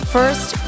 First